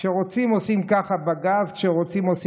כשרוצים, עושים ככה בג"ץ,